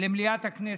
למליאת הכנסת.